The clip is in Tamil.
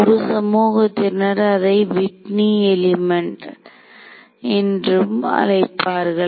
ஒரு சமூகத்தினர் அதை விட்னி எலிமெண்ட் என்று அழைப்பார்கள்